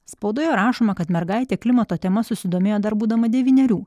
spaudoje rašoma kad mergaitė klimato tema susidomėjo dar būdama devynerių